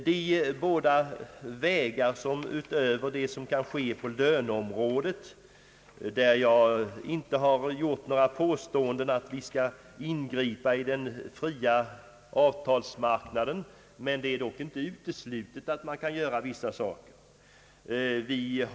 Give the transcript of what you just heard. Det finns två vägar att gå utöver det som kan ske på löneområdet. Jag har inte påstått att vi skall ingripa i den fria avtalsmarknaden, men det är inte uteslutet att man kan göra vissa saker.